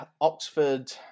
Oxford